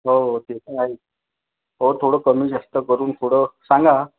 हो ते तर आहेच हो थोडं कमी जास्त करून थोडं सांगा